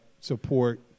support